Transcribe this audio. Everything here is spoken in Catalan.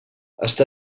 està